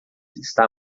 está